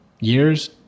years